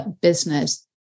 business